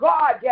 God